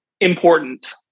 important